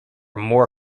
moor